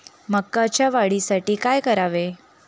मकाच्या वाढीसाठी काय करावे?